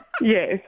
Yes